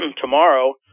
tomorrow